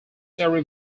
seri